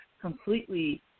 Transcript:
completely